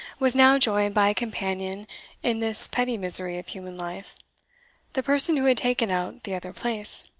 was now joined by a companion in this petty misery of human life the person who had taken out the other place.